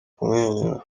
kumwenyura